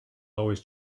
always